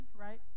right